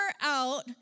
out